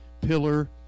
pillar